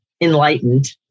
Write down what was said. enlightened